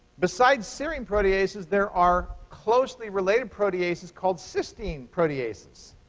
besides serine proteases, there are closely-related proteases called cystine proteases.